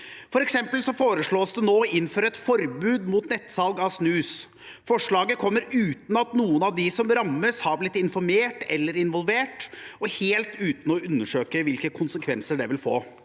av. Det foreslås f.eks. nå å innføre et forbud mot nettsalg av snus. Forslaget kommer uten at noen av dem som rammes, har blitt informert eller involvert, og helt uten å undersøke hvilke konsekvenser det vil få.